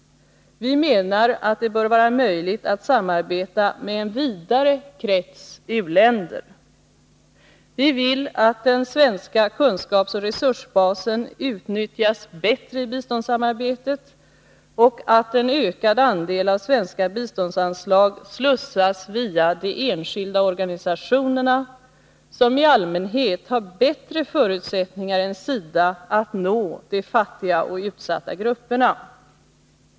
Vi menar att det bör vara möjligt att samarbeta med en vidare krets av u-länder. Vi vill att den svenska kunskapsoch resursbasen utnyttjas bättre i biståndssamarbetet och att en ökad andel av svenska biståndsanslag slussas via de enskilda organisationerna, som i allmänhet har bättre förutsättningar än SIDA att nå de fattiga och utsatta grupperna.